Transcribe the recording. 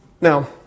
Now